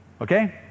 okay